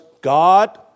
god